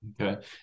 Okay